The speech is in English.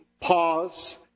pause